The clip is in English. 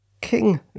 King